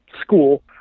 school